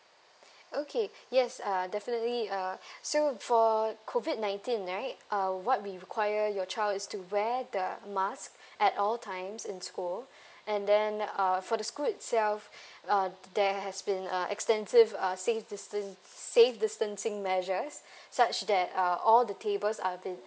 okay yes uh definitely uh so for COVID nineteen right uh what we require your child is to wear the mask at all times in school and then uh for the school itself uh there has been uh extensive uh safe distan~ safe distancing measures such that uh all the tables are being